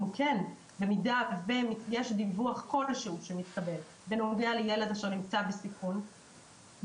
במידה ויש דיווח כלשהו שמתקבל בנוגע לילד שנמצא בסיכון,